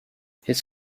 his